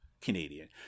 Canadian